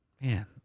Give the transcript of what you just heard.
Man